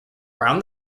round